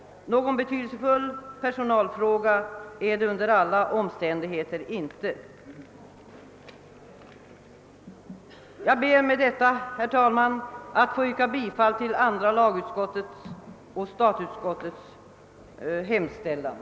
Någon betydelsefull personalfråga är det under alla omständigheter inte. Herr talman! Jag ber att med det sagda få yrka bifall till statsutskottets hemställan.